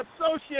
associate